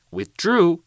Withdrew